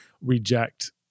reject